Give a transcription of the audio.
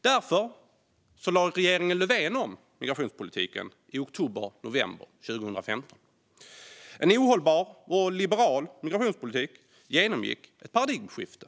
Därför lade regeringen Löfven om migrationspolitiken i oktober och november 2015. En ohållbar och liberal migrationspolitisk genomgick ett paradigmskifte.